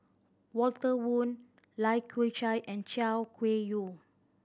Walter Woon Lai Kew Chai and Chay Weng Yew